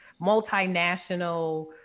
multinational